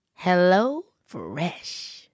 HelloFresh